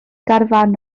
garafán